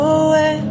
away